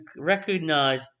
recognize